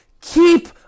Keep